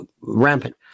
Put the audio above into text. rampant